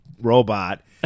robot